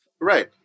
Right